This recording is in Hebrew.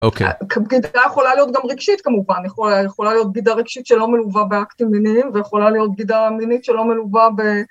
אוקיי. בגידה יכולה להיות גם רגשית כמובן, יכולה להיות בגידה רגשית שלא מלווה באקטים מיניים, ויכולה להיות בגידה מינית שלא מלווה ב...